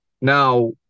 Now